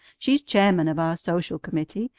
she's chairman of our social committee,